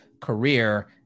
career